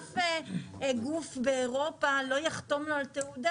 אף גוף באירופה לא יחתום לו על תעודה